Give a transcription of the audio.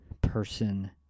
person